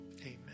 Amen